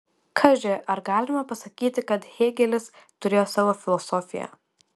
kaži ar galime pasakyti kad hėgelis turėjo savo filosofiją